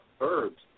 herbs